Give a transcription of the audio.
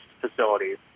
facilities